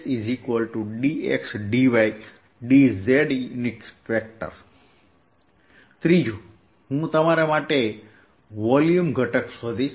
dsdydzx dsdxdzy dsdxdyz ત્રીજું હું તમારા માટે વોલ્યુમ ઘટક શોધીશ